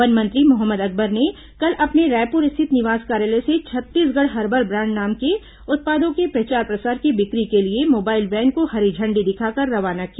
one मंत्री मोहम्मद अकबर ने कल अपने रायपुर स्थित निवास कार्यालय से छत्तीसगढ़ हर्बल ब्रांड नाम के उत्पादों के प्रचार प्रसार की बिक्री के लिए मोबाइल वैन को हरी झण्डी दिखाकर रवाना किया